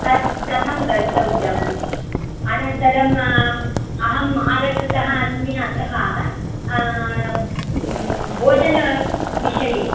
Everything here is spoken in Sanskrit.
तत् कथं गन्तव्यम् अनन्तरम् अहं महाराष्ट्रतः अस्मि अतः भोजनविषये